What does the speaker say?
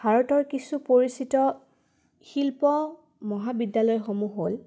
ভাৰতৰ কিছু পৰিচিত শিল্প মহাবিদ্যালয়সমূহ হ'ল